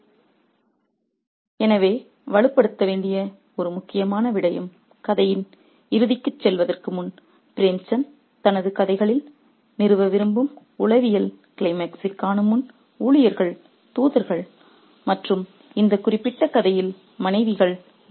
refer slide time 2728 எனவே வலுப்படுத்த வேண்டிய ஒரு முக்கியமான விடயம் கதையின் இறுதிக்குச் செல்வதற்கு முன் பிரேம்சந்த் தனது கதைகளில் நிறுவ விரும்பும் உளவியல் க்ளைமாக்ஸைக் காணும் முன் ஊழியர்கள் தூதர்கள் மற்றும் இந்த குறிப்பிட்ட கதையில் மனைவிகள்